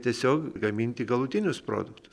tiesiog gaminti galutinius produktus